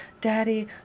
daddy